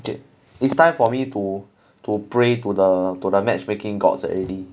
it is time for me to to pray to the to the matchmaking gods already